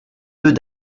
deux